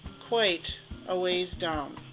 quite a ways down